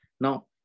Now